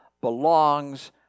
belongs